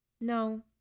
No